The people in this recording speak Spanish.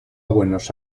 buenos